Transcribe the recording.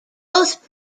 both